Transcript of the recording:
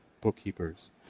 bookkeepers